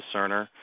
Cerner